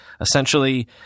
essentially